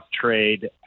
trade